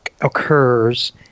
occurs